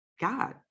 God